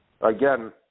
again